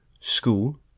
school